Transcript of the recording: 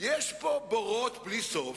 יש פה בורות בלי סוף.